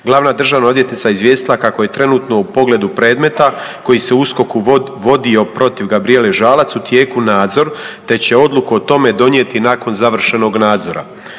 Glavna državna odvjetnica je izvijestila kako je trenutno u pogledu predmeta koji se u USKOK-u vodio protiv Gabrijele Žalac u tijeku nadzor, te će odluku o tome donijeti nakon završenog nadzora.